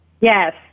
Yes